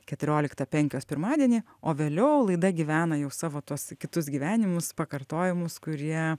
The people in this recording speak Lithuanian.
keturioliktą penkios pirmadienį o vėliau laida gyvena jau savo tuos kitus gyvenimus pakartojimus kurie